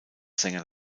sänger